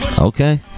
Okay